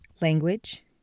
language